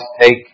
take